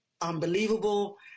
unbelievable